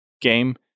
game